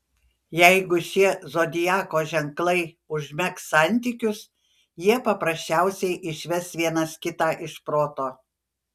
jeigu šie zodiako ženklai užmegs santykius jie paprasčiausiai išves vienas kitą iš proto